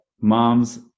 moms